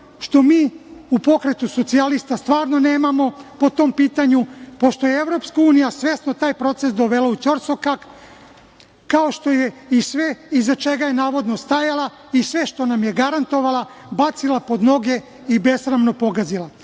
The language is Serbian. jer mi u Pokretu socijalista stvarno nemamo po tom pitanju, pošto je EU svesno taj proces dovela u ćorsokak, kao što je i sve iza čega je navodno stajala i sve što nam je garantovala bacila pod noge i besramno pogazila.